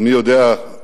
ומי יודע,